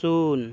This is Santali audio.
ᱥᱩᱱ